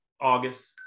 August